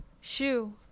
shoe